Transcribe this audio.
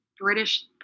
British